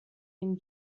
ihn